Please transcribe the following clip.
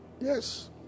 Yes